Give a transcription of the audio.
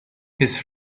his